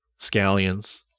scallions